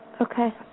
Okay